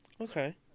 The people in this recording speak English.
Okay